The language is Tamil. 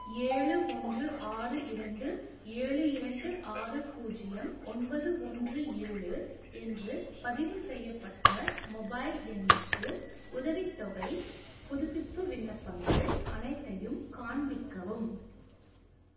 ஏழு ஒன்று ஆறு இரண்டு ஏழு இரண்டு ஆறு பூஜ்ஜியம் ஒன்பது ஒன்று ஏழு என்ற பதிவுசெய்யப்பட்ட மொபைல் எண்ணுக்கு உதவித்தொகைப் புதுப்பிப்பு விண்ணப்பங்கள் அனைத்தையும் காண்பிக்கவும்